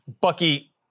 Bucky